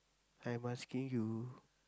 I'm asking you